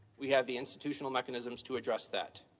we have the institutional mechanisms to address that.